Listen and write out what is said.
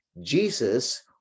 Jesus